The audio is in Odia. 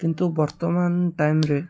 କିନ୍ତୁ ବର୍ତ୍ତମାନ ଟାଇମ୍ରେ